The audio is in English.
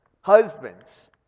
husbands